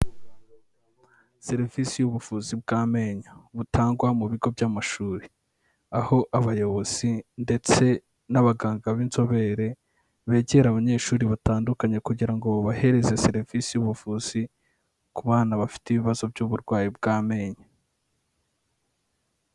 Serivisi y'ubuvuzi bw'amenyo butangwa mu bigo by'amashuri aho abayobozi ndetse n'abaganga b'inzobere begera abanyeshuri batandukanye kugira ngo babahereze serivisi y'ubuvuzi ku bana bafite ibibazo by'uburwayi bw'amenyo.